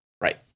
Right